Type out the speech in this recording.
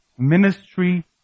Ministry